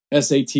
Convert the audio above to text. SAT